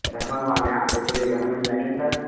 घर मंगवाने है आपके तो ये घर मिल जाएंगे सर